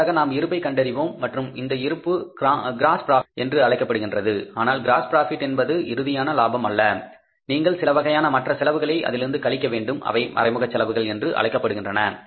அடுத்ததாக நாம் இருப்பை கண்டறிவோம் மற்றும் அந்த இருப்பு க்ராஸ் ப்ராபிட் என்று அழைக்கப்படுகின்றது ஆனால் அந்த க்ராஸ் ப்ராபிட் என்பது இறுதியான லாபம் அல்ல நீங்கள் சிலவகையான மற்ற செலவுகளை அதிலிருந்து கழிக்கவேண்டும் அவை மறைமுக செலவுகள் என்று அழைக்கப்படுகின்றன